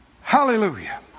Hallelujah